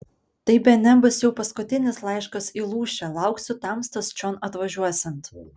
tai bene bus jau paskutinis laiškas į lūšę lauksiu tamstos čion atvažiuosiant